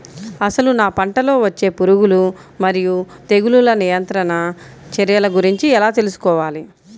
అసలు నా పంటలో వచ్చే పురుగులు మరియు తెగులుల నియంత్రణ చర్యల గురించి ఎలా తెలుసుకోవాలి?